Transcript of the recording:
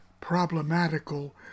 problematical